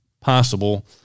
possible